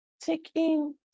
taking